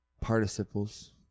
participles